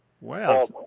Wow